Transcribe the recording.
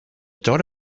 thought